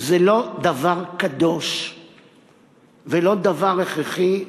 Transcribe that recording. זה לא דבר קדוש ולא דבר הכרחי.